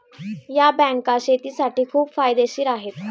या बँका शेतीसाठी खूप फायदेशीर आहेत